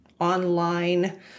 online